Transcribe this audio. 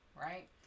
right